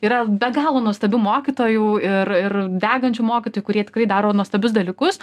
yra be galo nuostabių mokytojų ir ir degančių mokytojų kurie tikrai daro nuostabius dalykus